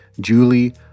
Julie